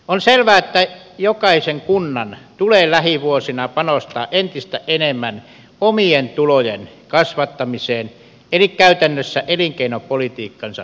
on selvää että jokaisen kunnan tulee lähivuosina panostaa entistä enemmän omien tulojen kasvattamiseen eli käytännössä elinkeinopolitiikkansa tehostamiseen